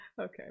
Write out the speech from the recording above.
Okay